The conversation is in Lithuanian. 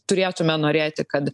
turėtume norėti kad